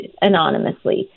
anonymously